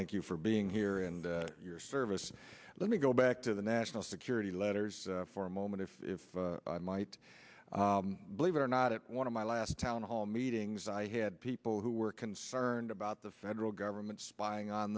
thank you for being here and your service let me go back to the national security letters for a moment if i might believe it or not at one of my last town hall meetings i had people who were concerned about the federal government spying on